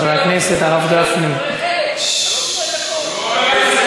אתה מזכיר לי את הספריי שפיזרנו פה במליאה.